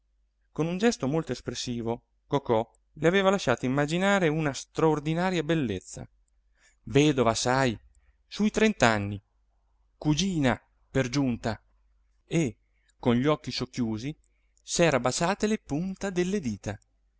con un gesto molto espressivo cocò le aveva lasciato immaginare una straordinaria bellezza vedova sai su i trent'anni cugina per giunta e con gli occhi socchiusi s'era baciate le punte delle dita